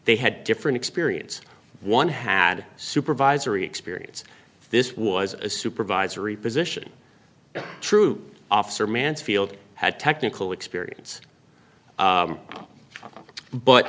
they had different experience one had supervisory experience this was a supervisory position troop officer mansfield had technical experience